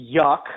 yuck